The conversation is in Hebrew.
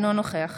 אינו נוכח